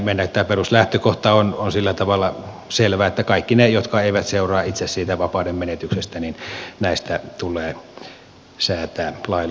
tämä peruslähtökohta on sillä tavalla selvä että kaikesta siitä mikä ei seuraa itse siitä vapaudenmenetyksestä tulee säätää lailla